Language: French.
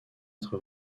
être